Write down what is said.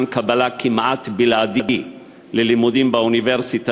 קבלה כמעט בלעדי ללימודים באוניברסיטה,